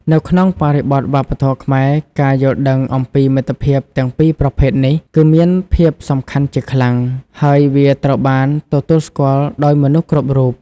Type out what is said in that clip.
នៅក្នុងបរិបទវប្បធម៌ខ្មែរ ការយល់ដឹងអំពីមិត្តភាពទាំងពីរប្រភេទនេះគឺមានភាពសំខាន់ជាខ្លាំង ហើយវាត្រូវបានទទួលស្គាល់ដោយមនុស្សគ្រប់រូប។